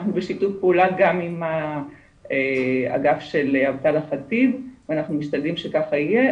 אנחנו בשיתוף פעולה גם האגף של --- חטיב ואנחנו משתדלים שכך יהיה,